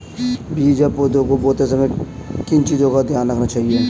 बीज या पौधे को बोते समय किन चीज़ों का ध्यान रखना चाहिए?